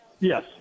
Yes